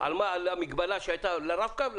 על המגבלה שהיתה על הרב-קו לאפליקציה,